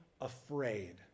afraid